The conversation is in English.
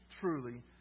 truly